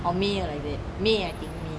for may like that I think